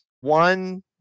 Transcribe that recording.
one